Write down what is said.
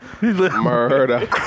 murder